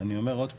אני אומר עוד פעם,